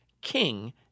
king